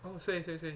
oh 谁谁谁